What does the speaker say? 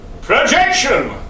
Projection